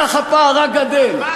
כך הפער רק גדל.